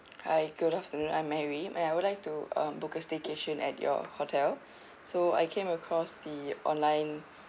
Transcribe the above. hi good afternoon I'm mary and I would like to um book a staycation at your hotel so I came across the online